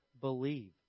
believe